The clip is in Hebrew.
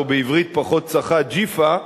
או בעברית פחות צחה "ג'יפה",